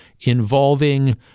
involving